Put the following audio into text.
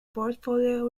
portfolio